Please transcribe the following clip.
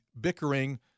bickering